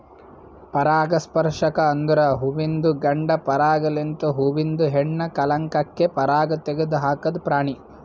ಪರಾಗಸ್ಪರ್ಶಕ ಅಂದುರ್ ಹುವಿಂದು ಗಂಡ ಪರಾಗ ಲಿಂತ್ ಹೂವಿಂದ ಹೆಣ್ಣ ಕಲಂಕಕ್ಕೆ ಪರಾಗ ತೆಗದ್ ಹಾಕದ್ ಪ್ರಾಣಿ